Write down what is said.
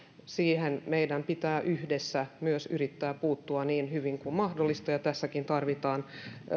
siihen meidän pitää yhdessä myös yrittää puuttua niin hyvin kuin mahdollista tässäkin tarvitaan